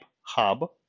hub